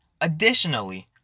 Additionally